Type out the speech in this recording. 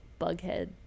bughead